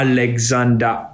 Alexander